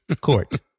court